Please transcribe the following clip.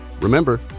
Remember